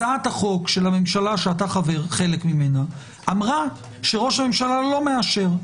הצעת החוק של הממשלה שאתה חלק ממנה אמרה שראש הממשלה לא מאשר.